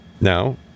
Now